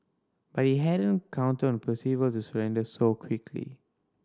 but he hadn't counted on Percival to surrender so quickly